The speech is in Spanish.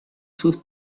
sus